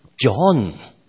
John